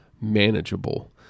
manageable